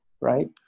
right